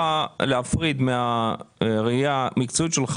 להפריד בין הראייה המקצועית שלך